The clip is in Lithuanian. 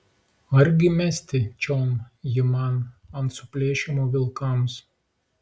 argi mesti čion jį man ant suplėšymo vilkams